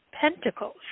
Pentacles